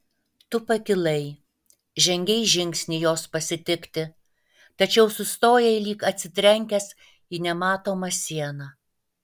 tu pakilai žengei žingsnį jos pasitikti tačiau sustojai lyg atsitrenkęs į nematomą sieną